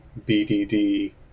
BDD